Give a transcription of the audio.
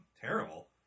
terrible